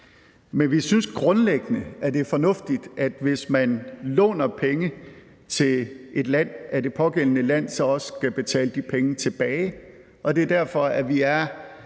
Men vi synes grundlæggende, at det er fornuftigt, at hvis man låner penge til et land, at det pågældende land så også skal betale de penge tilbage. Og det er derfor, vi er